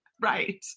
Right